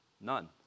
None